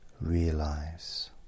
realize